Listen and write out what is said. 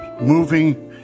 moving